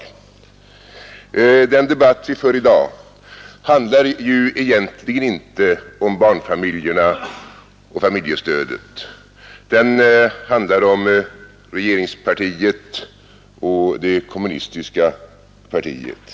Den debatt vi för i dag handlar ju egentligen inte om barnfamiljerna och familjestödet — den handlar om regeringspartiet och det kommunistiska partiet.